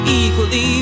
equally